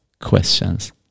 questions